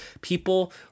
people